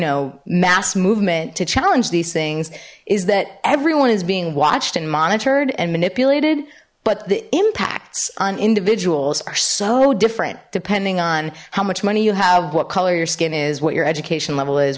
know mass movement to challenge these things is that everyone is being watched and monitored and manipulated but the impacts on individuals are so different depending on how much money you have what color your skin is what your education level is